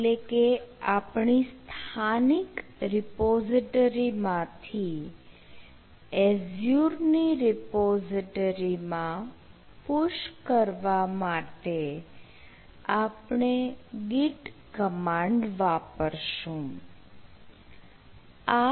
એટલે કે આપણી સ્થાનિક રિપોઝીટરી માંથી એઝ્યુર ની રિપોઝીટરી માં push કરવા માટે આપણે git કમાન્ડ વાપરશું